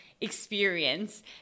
experience